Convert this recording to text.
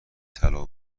طلا